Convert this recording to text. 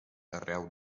arreu